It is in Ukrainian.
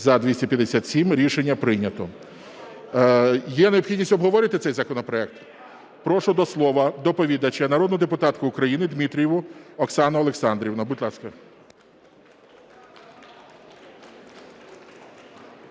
За-257 Рішення прийнято. Є необхідність обговорити цей законопроект? Прошу до слова доповідача народну депутатку України Дмитрієву Оксану Олександрівну. Будь ласка.